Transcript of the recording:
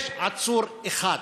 יש עצור אחד.